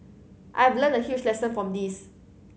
I have learnt a huge lesson from this